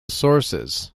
sources